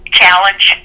challenge